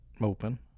open